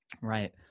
Right